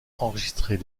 enregistrer